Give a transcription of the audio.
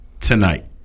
tonight